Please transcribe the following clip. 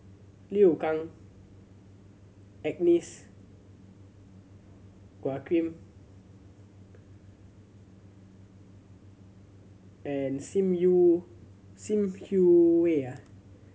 Liu Kang Agnes and Sim Hui